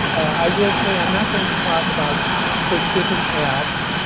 i will say i'm not going to talk about specific apps.